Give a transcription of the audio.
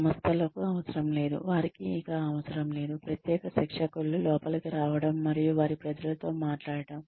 సంస్థలకు అవసరం లేదు వారికి ఇక అవసరం లేదు ప్రత్యేక శిక్షకులు లోపలికి రావడం మరియు వారి ప్రజలతో మాట్లాడటం